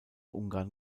ungarn